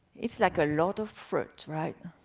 it's like a lot of fruit, right?